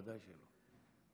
ודאי שלא.